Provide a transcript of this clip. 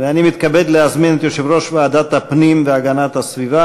ואני מתכבד להזמין את יושב-ראש ועדת הפנים והגנת הסביבה,